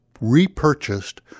repurchased